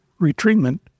retreatment